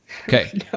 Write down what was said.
Okay